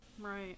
right